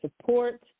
support